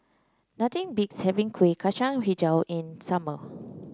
nothing beats having Kuih Kacang hijau in the summer